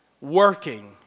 working